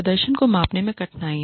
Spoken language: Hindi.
प्रदर्शन को मापने में कठिनाइयाँ